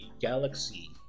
galaxy